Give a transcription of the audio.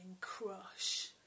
crush